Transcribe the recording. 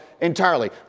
entirely